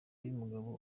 y’umugabo